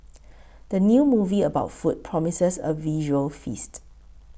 the new movie about food promises a visual feast